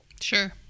Sure